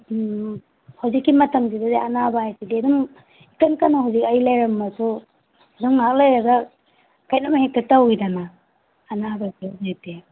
ꯎꯝ ꯍꯧꯖꯤꯛꯀꯤ ꯃꯇꯝꯁꯤꯗꯗꯤ ꯑꯅꯥꯕ ꯍꯥꯏꯁꯤꯗꯤ ꯑꯗꯨꯝ ꯏꯀꯟ ꯀꯟꯅ ꯍꯧꯖꯤꯛ ꯑꯩ ꯂꯩꯔꯝꯃꯁꯨ ꯑꯗꯨꯝ ꯉꯥꯏꯍꯥꯛ ꯂꯩꯔꯒ ꯀꯩꯅꯣꯝ ꯍꯦꯛꯇ ꯇꯧꯋꯤꯗꯅ ꯑꯅꯥꯕꯁꯦ ꯍꯧꯖꯤꯛꯇꯤ